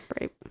Right